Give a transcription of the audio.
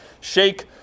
shake